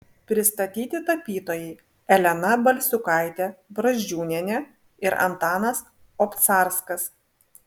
pristatyti tapytojai elena balsiukaitė brazdžiūnienė ir antanas obcarskas